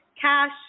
cash